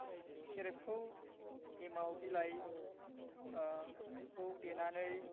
सेरेपखौ एमाव बिलाइ खौ देनानै